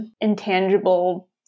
intangible